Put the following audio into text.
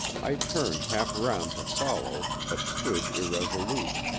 i turned half round to follow, but stood irresolute.